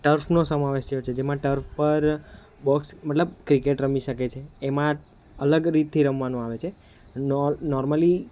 ટર્ફનો સમાવેશ થયો છે જેમાં ટર્ફ પર બોક્સ મતલબ ક્રિકેટ રમી શકે છે એમાં અલગ રીતથી રમવાનું આવે છે નોર નોર્મલી